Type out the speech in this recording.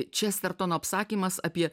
čestertono apsakymas apie